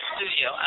Studio